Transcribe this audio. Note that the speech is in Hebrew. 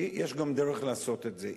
יש גם דרך לעשות את זה.